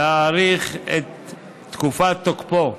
להאריך את תוקפו.